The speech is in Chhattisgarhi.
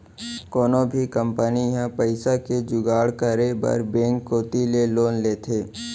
कोनो भी कंपनी ह पइसा के जुगाड़ करे बर बेंक कोती ले लोन लेथे